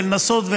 ולנסות,